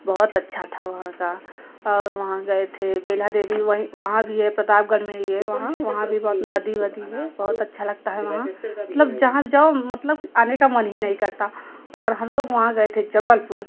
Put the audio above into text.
बहुत अच्छा था वहाँ का और वहाँ गए थे बेल्हा देवी वहीं वहाँ भी है प्रतापगढ़ में ही है वहाँ वहाँ भी बहुत नदी वदी है बहुत अच्छा लगता है वहाँ मतलब जहाँ भी जाओ मतलब आने मन ही नहीं करता और हम लोग वहाँ गए थे जबलपुर